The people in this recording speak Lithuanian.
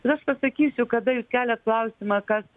ir aš pasakysiu kada jūs keliat klausimą kas